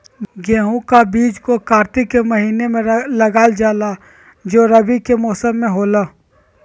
गेहूं का बीज को कार्तिक के महीना में लगा जाला जो रवि के मौसम में होला